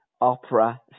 opera